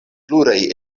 pluraj